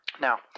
Now